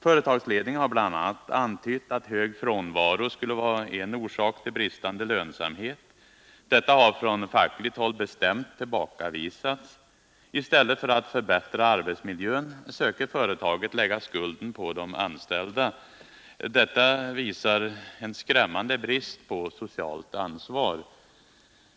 Företagsledningen har bl.a. antytt att hög frånvaro skulle kunna vara en orsak till bristande lönsamhet. Detta har från fackligt håll bestämt tillbakavisats. I stället för att förbättra arbetsmiljön söker företaget lägga skulden på de anställda, vilket visar en skrämmande brist på socialt ansvar.